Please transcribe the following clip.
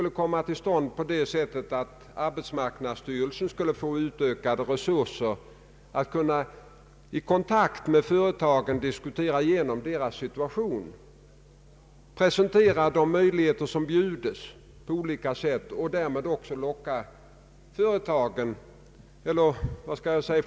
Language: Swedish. Den som tar reda på hur målsättningarna har ställts upp i olika länder skall finna — det vågar jag säga — att vi väl kan hävda oss gentemot utlandet.